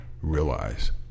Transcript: Realize